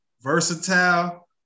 versatile